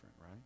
right